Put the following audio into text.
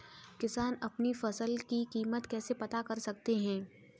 किसान अपनी फसल की कीमत कैसे पता कर सकते हैं?